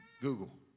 Google